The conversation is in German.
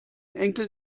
enkel